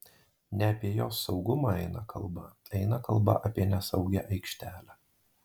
ne apie jos saugumą eina kalba eina kalba apie nesaugią aikštelę